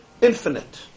Infinite